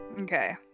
Okay